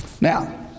Now